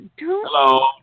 Hello